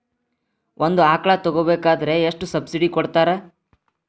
ಒಂದು ಆಕಳ ತಗೋಬೇಕಾದ್ರೆ ಎಷ್ಟು ಸಬ್ಸಿಡಿ ಕೊಡ್ತಾರ್?